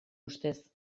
ustez